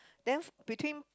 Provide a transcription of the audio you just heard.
then between